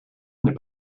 n’est